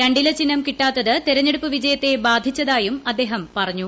രണ്ടില ചിഹ്നം കിട്ടാത്തത് തെരഞ്ഞെടുപ്പ് വിജയത്തെ ബാധിച്ചതായും അദ്ദേഹം പറഞ്ഞു